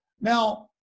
Now